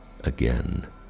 again